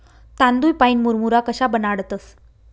तांदूय पाईन मुरमुरा कशा बनाडतंस?